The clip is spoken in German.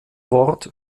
wort